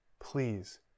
please